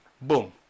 boom